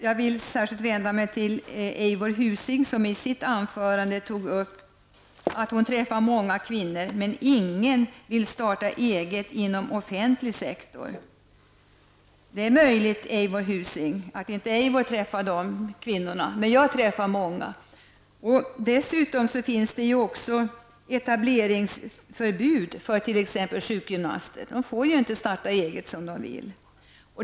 Jag vill särskilt vända mig till Eivor Husing, som i sitt anförande tog upp att hon träffar många kvinnor men ingen som vill starta eget inom offentlig sektor. Det är möjligt att Eivor Husing inte träffar de kvinnorna, men jag gör det. Jag träffar många. Dessutom finns det etableringsförbud för t.ex. sjukgymnaster -- de får ju inte starta eget som de vill.